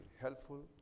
helpful